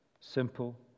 simple